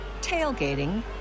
tailgating